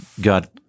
God